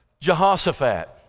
Jehoshaphat